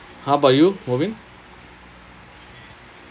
how about you mubin